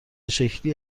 شکلی